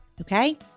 Okay